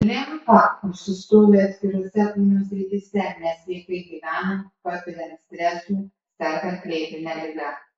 limfa užsistovi atskirose kūno srityse nesveikai gyvenant patiriant stresų sergant lėtine liga